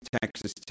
Texas